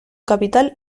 capital